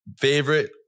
favorite